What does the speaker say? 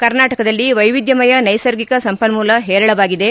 ಕರ್ನಾಟಕದಲ್ಲಿ ವೈವಿಧ್ಯಮಯ ನೈಸರ್ಗಿಕ ಸಂಪನ್ನೂಲ ಹೇರಳವಾಗಿದೆ